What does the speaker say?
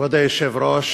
כבוד היושב-ראש,